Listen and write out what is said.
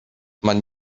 man